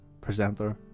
presenter